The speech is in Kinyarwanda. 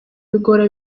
bigora